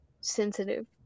sensitive